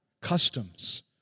customs